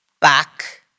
back